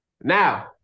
Now